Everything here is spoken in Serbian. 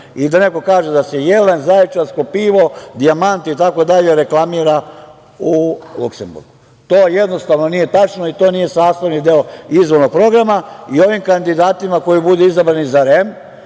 i da neko kaže da se „Jelen“, „Zaječarsko pivo“, „Dijamant“ itd. reklamira u Luksemburgu. To jednostavno nije tačno i to nije sastavni deo izvornog programa. Ovim kandidatima koji budu izabrani za REM